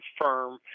firm